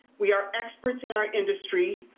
we are experts in our industry,